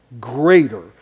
greater